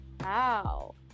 wow